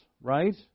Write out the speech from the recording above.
right